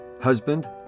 husband